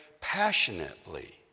passionately